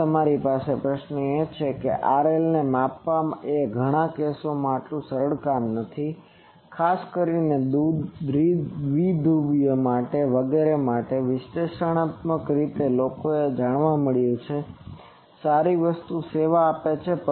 હવે પ્રશ્ન એ છે કે આ RL ને માપવા એ ઘણા કેસોમાં એટલું સરળ કામ નથી ખાસ કરીને દ્વિધ્રુવી વગેરે માટે વિશ્લેષણાત્મક રીતે લોકોને એવું જાણવા મળ્યું છે કે સારી વસ્તુઓને સેવા આપે છે